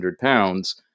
pounds